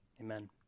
Amen